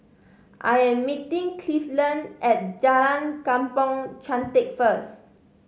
I am meeting Cleveland at Jalan Kampong Chantek first